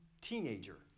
teenager